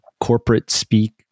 corporate-speak